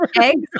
eggs